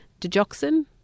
Digoxin